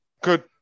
good